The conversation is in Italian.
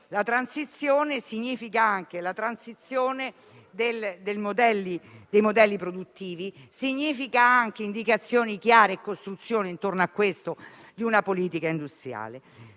la transizione comporta anche la transizione dei modelli produttivi, con indicazioni chiare e la costruzione intorno a questo punto di una politica industriale.